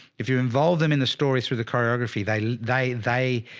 if you involve them in the story, through the choreography, they, they, they,